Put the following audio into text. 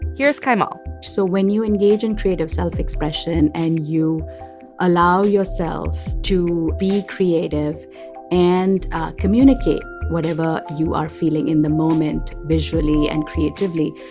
here's kaimal so when you engage in creative self-expression and you allow yourself to be creative and communicate whatever you are feeling in the moment visually and creatively,